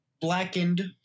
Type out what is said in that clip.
blackened